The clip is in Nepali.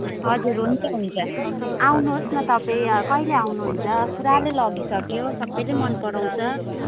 हजुर हुन्छ हुन्छ आउनुहोस् न तपाईँ कहिले आउनुहुन्छ पुराले लगिसक्यो सबैले मन पराउँछ